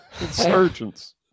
insurgents